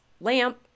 lamp